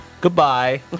Goodbye